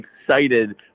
Excited